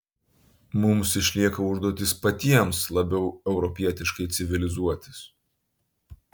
mums išlieka užduotis patiems labiau europietiškai civilizuotis